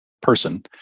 person